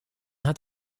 hat